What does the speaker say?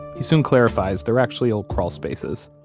he soon clarifies they're actually old crawlspaces,